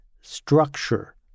structure